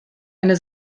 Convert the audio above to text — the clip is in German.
eine